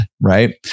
right